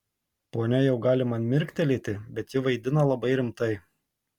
ponia jau gali man mirktelėti bet ji vaidina labai rimtai